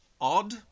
odd